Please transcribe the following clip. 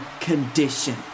condition